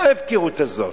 מה ההפקרות הזאת?